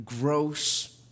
gross